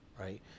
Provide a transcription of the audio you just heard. right